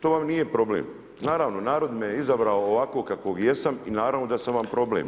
To vam nije problem, naravno narod me izabrao ovakvog kakvog jesam i naravno da sam vam problem.